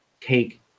take